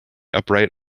upright